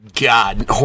god